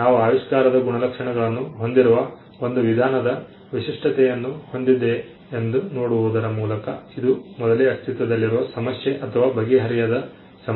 ನಾವು ಆವಿಷ್ಕಾರದ ಗುಣಲಕ್ಷಣಗಳನ್ನು ಹೊಂದಿರುವ ಒಂದು ವಿಧಾನದ ವಿಶಿಷ್ಟತೆಯನ್ನು ಹೊಂದಿದೆಯೆ ಎಂದು ನೋಡುವುದರ ಮೂಲಕ ಇದು ಮೊದಲೇ ಅಸ್ತಿತ್ವದಲ್ಲಿರುವ ಸಮಸ್ಯೆ ಅಥವಾ ಬಗೆಹರಿಯದ ಸಮಸ್ಯೆಯನ್ನು ಪರಿಹರಿಸಲಾಗಿದೆ